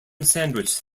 sandwich